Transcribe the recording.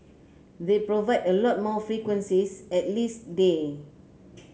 they provide a lot more frequencies at least day